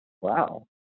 wow